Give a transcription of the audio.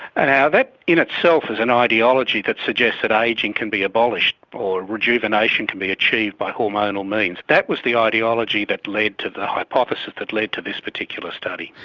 and that in itself is an ideology that suggests that ageing can be abolished or rejuvenation can be achieved by hormonal means. that was the ideology that led to the hypothesis that led to this particular study.